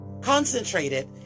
Concentrated